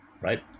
right